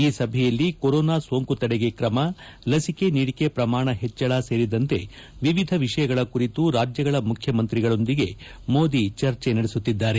ಈ ಸಭೆಯಲ್ಲಿ ಕೊರೊನಾ ಸೋಂಕು ತಡೆಗೆ ತ್ರಮ ಲಸಿಕೆ ನೀಡಿಕೆ ಪ್ರಮಾಣ ಹೆಚ್ಚಳ ಸೇರಿದಂತೆ ವಿವಿಧ ವಿಷಯಗಳ ಕುರಿತು ರಾಜ್ಯಗಳ ಮುಖ್ಯಮಂತ್ರಿಗಳೊಂದಿಗೆ ಮೋದಿ ಚರ್ಚೆ ನಡೆಸುತ್ತಿದ್ದಾರೆ